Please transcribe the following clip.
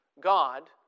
God